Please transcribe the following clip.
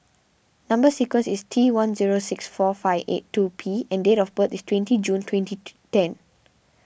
Number Sequence is T one zero six four five eight two P and date of birth is twenty June twenty ten